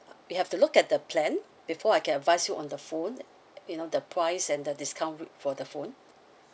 we have to look at the plan before I can advise you on the phone you know the price and the discount for the phone